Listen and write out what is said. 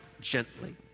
gently